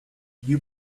you